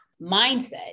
mindset